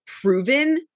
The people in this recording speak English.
proven